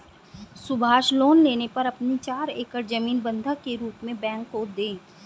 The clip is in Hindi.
सुभाष लोन लेने पर अपनी चार एकड़ जमीन बंधक के रूप में बैंक को दें